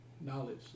knowledge